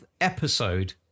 episode